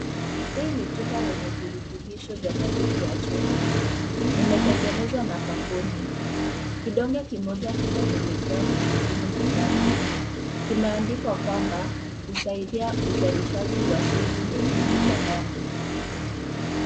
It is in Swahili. Hii ni chumba yenye virutubisho vya madini ya chuma, imetengenezwa na kampuni, kidonge kimoja kina miligramu sitini na tano, kimeandikwa kwamba husaidia uzalishaji wa seli nyekundu za damu.